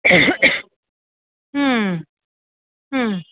ह ह